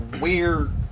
weird